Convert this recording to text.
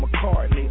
McCartney